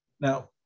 Now